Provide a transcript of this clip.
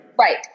Right